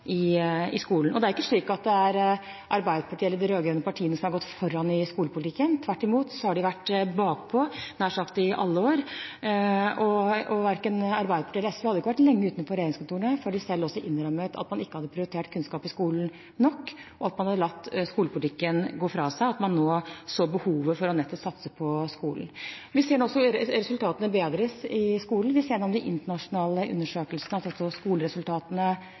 i skolen. Det er ikke slik at det er Arbeiderpartiet eller de rød-grønne partiene som har gått foran i skolepolitikken. Tvert imot har de vært bakpå nær sagt i alle år. Verken Arbeiderpartiet eller SV hadde vært lenge utenfor regjeringskontoret før de selv også innrømmet at de ikke hadde prioritert kunnskap i skolen nok, at man hadde latt skolepolitikken gå fra seg, og at man nå så behovet for nettopp å satse på skolen. Vi ser nå at resultatene bedres i skolen. Vi ser også på de internasjonale undersøkelsene de siste årene at skoleresultatene